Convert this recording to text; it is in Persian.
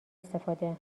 استفاده